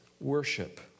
worship